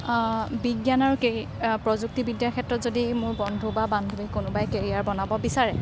বিজ্ঞান আৰু কে প্ৰযুক্তিবিদ্যাৰ ক্ষেত্ৰত যদি মোৰ বন্ধু বা বান্ধৱী কোনোবাই কেৰিয়াৰ বনাব বিচাৰে